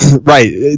right